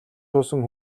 суусан